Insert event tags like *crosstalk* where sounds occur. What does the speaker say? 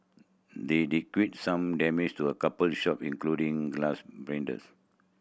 they did quite some damage to a couple shop including glass *unintelligible*